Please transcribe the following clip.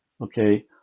Okay